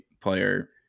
player